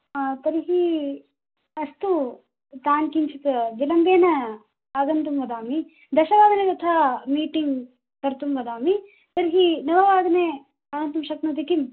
आ तर्हि अस्तु तान् किञ्चित् विलम्बेन आगन्तुं वदामि दशवादने तथा मीटिङ्ग् कर्तुं वदामि तर्हि नववादने आगन्तुं शक्नोति किं